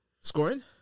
Scoring